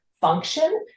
function